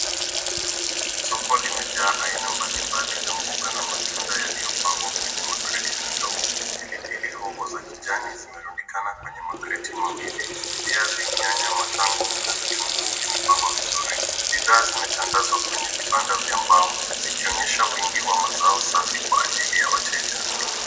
Soko limejaa aina mbalimbali za mboga na matunda yaliyopangwa kwenye makreti na ndoo. Pilipili hoho za kijani zimerundikana kwenye makreti mawili. Viazi, nyanya, matango na vitunguu vimepangwa vizuri. Bidhaa zimetandazwa kwenye vibanda vya mbao zikionyesha wingi wa mazao safi kwa ajili ya wateja.